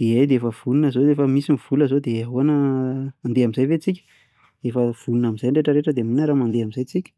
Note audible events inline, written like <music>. Ie dia efa vonona izao, efa misy ny vola izao dia ahoana <hesitation> andeha amin'izay ve tsika, dia efa vonona amin'izay ny retraretra dia andeha amin'izay ve tsika?